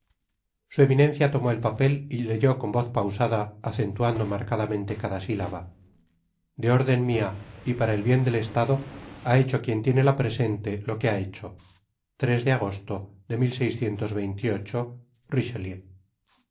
su eminencia tomó el papel y leyó con voz pausada acentuando marcadamente cada silaba de órden mia y para el bien del estado ha hecho quien tiene la presente lo que ha hecho de agosto de